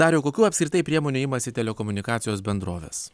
dariau kokių apskritai priemonių imasi telekomunikacijos bendrovės